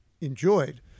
enjoyed